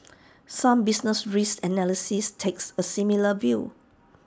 some business risk analysts takes A similar view